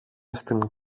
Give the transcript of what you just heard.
στην